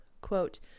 quote